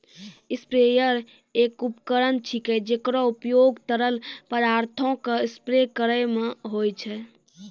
sprayer एक उपकरण छिकै, जेकरो उपयोग तरल पदार्थो क स्प्रे करै म होय छै